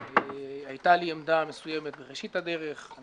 היתה לי עמדה מסוימת בראשית הדרך ואני